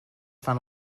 fan